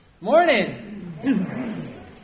Morning